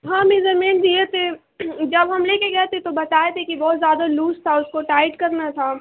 ہاں میزرمینٹ دیے تھے جب ہم لے کے گئے تھے تو بتائے تھے کہ بہت زیادہ لوز تھا اس کو ٹائٹ کرنا تھا